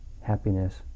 happiness